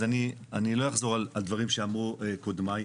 אז אני לא אחזור על דברים שאמרו קודמיי.